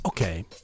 Okay